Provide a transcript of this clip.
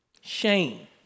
shame